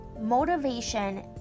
motivation